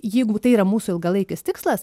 jeigu tai yra mūsų ilgalaikis tikslas